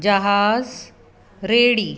जहाज़ रेड़ी